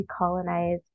decolonize